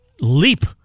leap